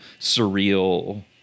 surreal